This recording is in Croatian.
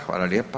Hvala lijepa.